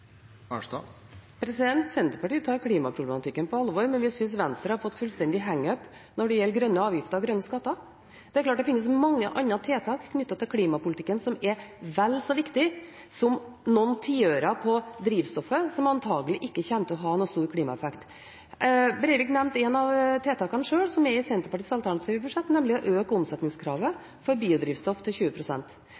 alvor? Senterpartiet tar klimaproblematikken på alvor, men vi synes Venstre har fått fullstendig «hang-up» når det gjelder grønne avgifter og grønne skatter. Det er klart at det finnes mange andre tiltak knyttet til klimapolitikken, som er vel så viktig som noen tiøringer på drivstoffet, som antakelig ikke kommer til å ha noen stor klimaeffekt. Breivik nevnte sjøl et av tiltakene som er i Senterpartiets alternative budsjett, nemlig å øke omsetningskravet